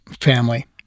family